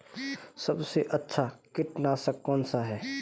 सबसे अच्छा कीटनाशक कौनसा है?